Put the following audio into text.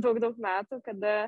daug daug metų kada